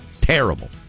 Terrible